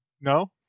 No